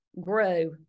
grow